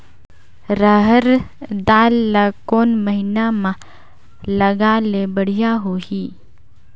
रहर दाल ला कोन महीना म लगाले बढ़िया होही?